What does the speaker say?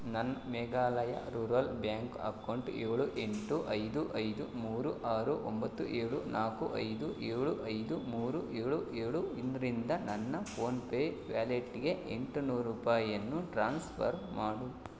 ನನ್ನ Meghalaya rural bank account ಏಳು ಎಂಟು ಐದು ಐದು ಮೂರು ಆರು ಒಂಬತ್ತು ಏಳು ನಾಲ್ಕು ಐದು ಏಳು ಐದು ಮೂರು ಏಳು ಏಳು ಇದರಿಂದ ನನ್ನ ಫೋನ್ಪೇ ವ್ಯಾಲೆಟ್ಗೆ ಎಂಟು ನೂರು ರೂಪಾಯಿಯನ್ನು ಟ್ರಾನ್ಸ್ಫರ್ ಮಾಡು